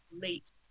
late